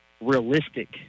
realistic